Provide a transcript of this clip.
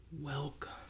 Welcome